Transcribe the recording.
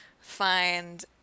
find